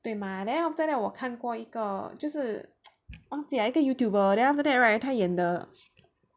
对吗 then after that 我过看过一个就是 忘记了一个 Youtuber lor then after that right 他演的